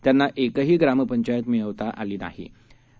त्यांनाएकहीग्रामपंचायतमिळवताआलीनाही